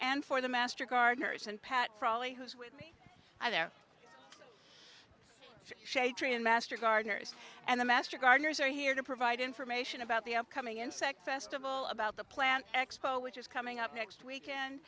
and for the master gardeners and pat probably has their shadetree and master gardeners and the master gardeners are here to provide information about the upcoming insect festival about the plant expo which is coming up next weekend